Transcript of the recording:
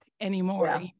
anymore